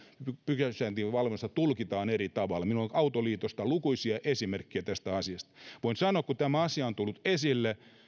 pysäköinnin valvonnasta tulkitaan eri tavoilla minulla on autoliitosta lukuisia esimerkkejä tästä asiasta voin sanoa että sen jälkeen kun tämä asia on tullut esille minulla on